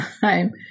time